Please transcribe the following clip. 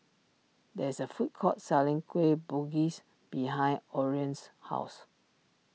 there is a food court selling Kueh Bugis behind Orion's house